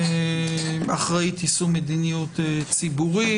אחראית יישום מדיניות ציבורית.